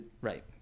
right